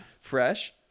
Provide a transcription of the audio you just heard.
Fresh